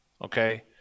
Okay